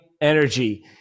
energy